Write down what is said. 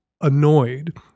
annoyed